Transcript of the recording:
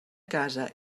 casa